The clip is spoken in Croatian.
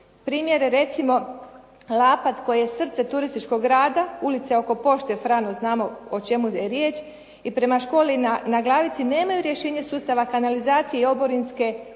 Primjer je recimo Lapad koji je srce turističkog grada, ulice oko pošte Frano znamo o čemu je riječ i prema školi na Glavici nemaju rješenje sustava kanalizacije i oborinske odvodnje,